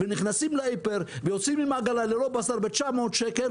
ונכנסים מהסופר ויוצאים משם ללא בשל ב-900 שקל,